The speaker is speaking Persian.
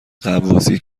غواصی